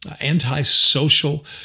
antisocial